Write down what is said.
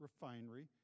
refinery